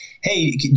Hey